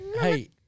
hey